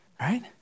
right